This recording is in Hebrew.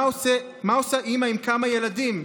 מה עושה אימא עם כמה ילדים?